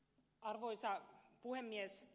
arvoisa puhemies